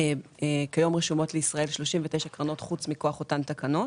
כיום רשומות לישראל 39 קרנות חוץ מכוח אותן תקנות,